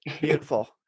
Beautiful